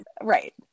right